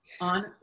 on